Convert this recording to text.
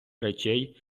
речей